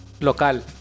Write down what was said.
Local